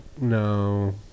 No